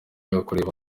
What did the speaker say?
ukureba